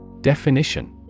Definition